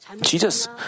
Jesus